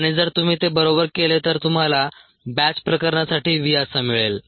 आणि जर तुम्ही ते बरोबर केले तर तुम्हाला बॅच प्रकरणासाठी v असा मिळेल